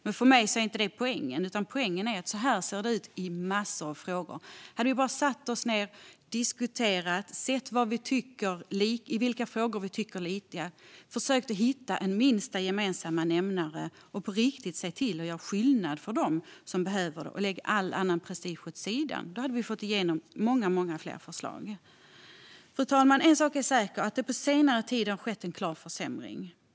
Men detta är inte min poäng, utan poängen är att så ser det ut i en massa frågor. Om vi bara hade satt oss ned, diskuterat och sett i vilka frågor vi tycker lika, försökt hitta en minsta gemensamma nämnare och på riktigt se till att göra skillnad för dem som behöver det och lägga all annan prestige åt sidan hade vi fått igenom många fler förslag. Fru talman! En sak är säker, och det är att det på senare tid har skett en klar försämring.